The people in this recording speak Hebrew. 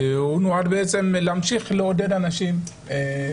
הוא נועד להמשיך לעודד את ההורים